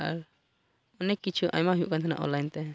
ᱟᱨ ᱚᱱᱮᱠ ᱠᱤᱪᱷᱩ ᱟᱭᱢᱟ ᱦᱩᱭᱩᱜ ᱠᱟᱱ ᱛᱟᱦᱮᱱᱟ ᱚᱱᱞᱟᱭᱤᱱ ᱛᱮ